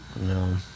no